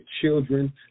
children